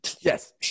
Yes